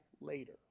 later